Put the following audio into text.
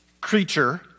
creature